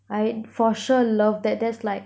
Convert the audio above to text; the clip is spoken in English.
I for sure love that that's like